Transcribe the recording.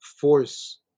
force